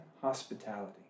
hospitality